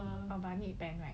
but I need pen right